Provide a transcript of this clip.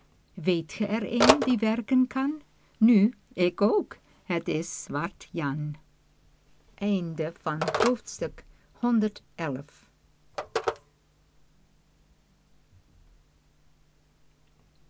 weet ge er een die werken kan nu ik ook het is zwart jan